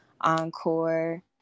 encore